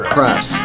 Press